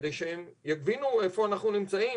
כדי שהם יבינו איפה אנחנו נמצאים,